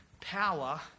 power